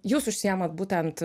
jūs užsiemat būtent